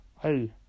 Hey